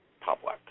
public